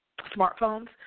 smartphones